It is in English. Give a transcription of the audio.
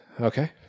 Okay